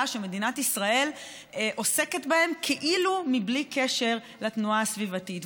שמדינת ישראל עוסקת בהם כאילו בלי קשר לתנועה הסביבתית,